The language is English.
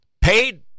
paid